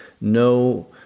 no